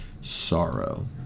sorrow